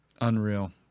Unreal